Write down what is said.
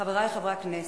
חברי חברי הכנסת,